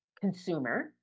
consumer